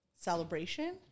celebration